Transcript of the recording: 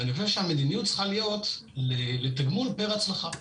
אני חושב שהמדיניות צריכה להיות לתגמול פיר הצלחה,